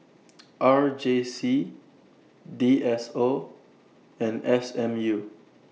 R J C D S O and S M U